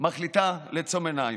מחליט לעצום עיניים.